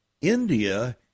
India